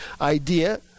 idea